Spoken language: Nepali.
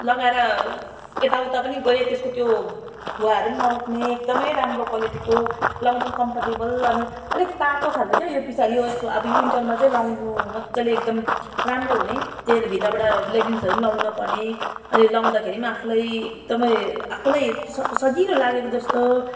लगाएर यता उता पनि गएँ त्यसको त्यो भुवाहरू नि नउठ्ने एकदमै राम्रो क्वालिटीको लगाउँदा पनि कम्पर्टेबल अनि अलिक तातो खाले के यो पछाडि यो अब यो विन्टरमा चाहिँ लगाउनु मजाले एकदम राम्रो हुने चेल भित्रबाट लेगिङ्सहरू पनि लगाउनु नपर्ने अनि लाउँदाखेरि पनि आफूलाई एकदमै आफूलाई स सजिलो लागेको जस्तो